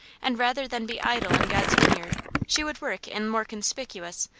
and rather than be idle in god's vineyard she would work in more conspicuous,